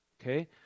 okay